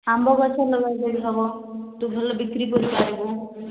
ଆମ୍ବ ଗଛ ଲଗାଇଲେ ବି ହେବ ତୁ ଭଲ ବିକ୍ରି କରିପାରିବୁ